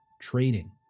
trading